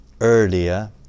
earlier